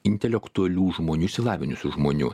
intelektualių žmonių išsilavinusių žmonių